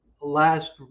last